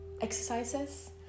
exercises